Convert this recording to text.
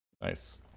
Nice